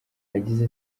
yagize